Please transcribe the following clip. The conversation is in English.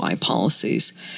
policies